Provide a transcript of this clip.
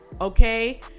okay